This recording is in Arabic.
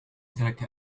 ترك